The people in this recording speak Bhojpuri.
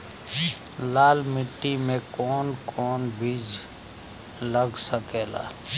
लाल मिट्टी में कौन कौन बीज लग सकेला?